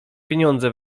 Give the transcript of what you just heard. pieniądze